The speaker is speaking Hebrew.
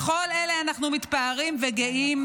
בכל אלה אנחנו מתפארים וגאים.